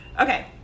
Okay